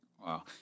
Wow